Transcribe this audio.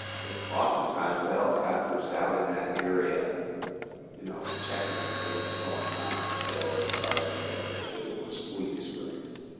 it's oftentimes the helicopters out in that area you know checking for what's going on until the cars can get there, too, which we experienced.